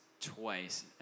twice